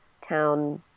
Town